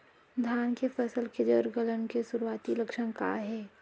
धान के फसल के जड़ गलन के शुरुआती लक्षण का हे?